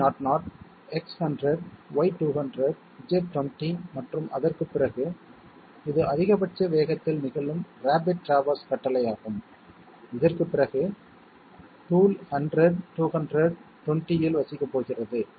G90 G00 X100 Y200 Z20 மற்றும் அதற்குப் பிறகு இது அதிகபட்ச வேகத்தில் நிகழும் ரேபிட் டிராவர்ஸ் கட்டளையாகும் இதற்குப் பிறகு டூல் 100 200 20 இல் வசிக்கப் போகிறது